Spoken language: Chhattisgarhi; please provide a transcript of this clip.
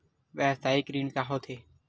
व्यवसायिक ऋण का होथे?